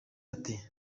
ati